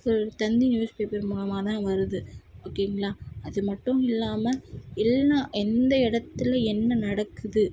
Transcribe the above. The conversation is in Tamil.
தந்தி நியூஸ் பேப்பர் மூலமாக தான் வருது ஓகேங்களா அது மட்டும் இல்லாமல் எல்லா எந்த இடத்துல என்ன நடக்குது